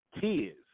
kids